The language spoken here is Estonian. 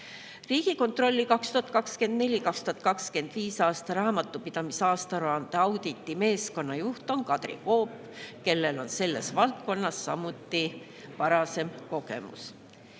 Riigikontrolli 2024.–2025. aasta raamatupidamise aastaaruande auditi meeskonna juht on Kadri Koop, kellel on selles valdkonnas samuti varasem kogemus.